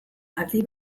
aldi